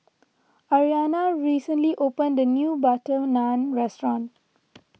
Ariana recently opened a new Butter Naan restaurant